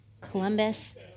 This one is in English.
Columbus